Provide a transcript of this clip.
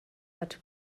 but